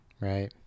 Right